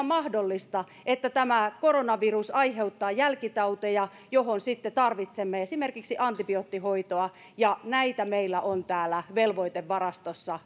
mahdollista että tämä koronavirus aiheuttaa jälkitauteja joihin sitten tarvitsemme esimerkiksi antibioottihoitoa ja näitä meillä on velvoitevarastossa